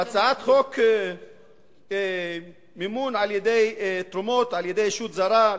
הצעת חוק מימון על-ידי ישות זרה,